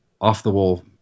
off-the-wall